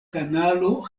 kanalo